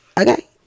okay